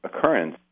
occurrence